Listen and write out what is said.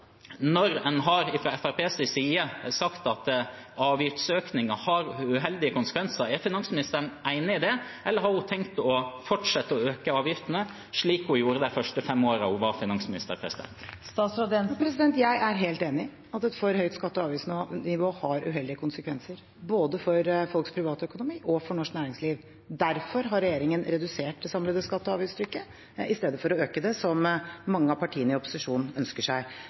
Når en fra Fremskrittspartiets side har sagt at avgiftsøkningen har uheldige konsekvenser, er finansministeren enig i det, eller har hun tenkt å fortsette å øke avgiftene, slik hun gjorde de første fem årene hun var finansminister? Jeg er helt enig i at et for høyt skatte- og avgiftsnivå har uheldige konsekvenser, både for folks privatøkonomi og for norsk næringsliv. Derfor har regjeringen redusert det samlede skatte- og avgiftstrykket i stedet for å øke det, som mange av partiene i opposisjonen ønsker seg.